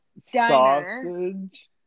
Sausage